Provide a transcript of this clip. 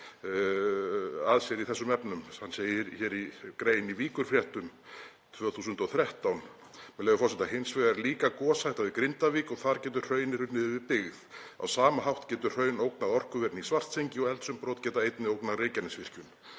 að sér í þessum efnum. Hann segir í grein í Víkurfréttum árið 2013, með leyfi forseta: „Hins vegar er líka goshætta við Grindavík og þar geta hraun runnið yfir byggð. Á sama hátt geta hraun ógnað orkuverinu í Svartsengi og eldsumbrot geta einnig ógnað Reykjanesvirkjun.“